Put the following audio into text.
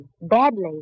badly